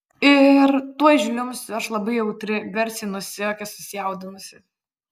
ir tuoj žliumbsiu aš labai jautri garsiai nusijuokia susijaudinusi